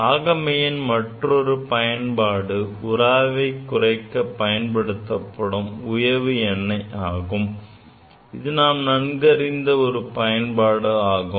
பாகமையின் மற்றுமொரு பயன்பாடு உராய்வை குறைக்க பயன்படுத்தப்படும் உயவு எண்ணெய் ஆகும் இது நாம் நன்கறிந்த ஒரு பயன்பாடு ஆகும்